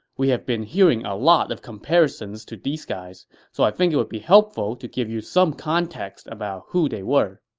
we have been hearing a lot of comparisons to these guys, so i think it would be helpful to give you some context about who they were